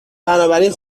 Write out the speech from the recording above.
بنابراین